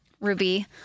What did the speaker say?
Ruby